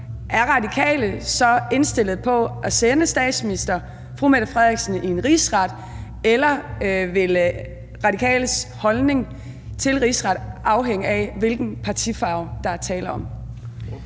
er Radikale så indstillet på at sende statsminister fru Mette Frederiksen for en rigsret, eller vil Radikales holdning til en rigsret afhænge af, hvilken partifarve der er tale om?